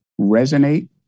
resonate